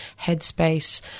Headspace